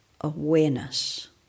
awareness